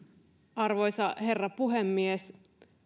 arvoisa herra puhemies